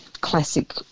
classic